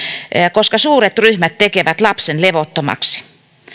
koska suuret ryhmät tekevät lapsen levottomaksi